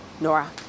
Nora